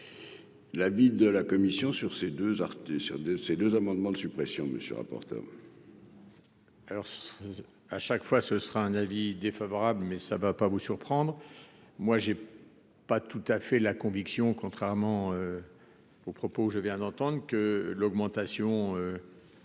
L'avis de la commission sur ces deux amendements de suppression, monsieur le rapporteur